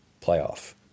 playoff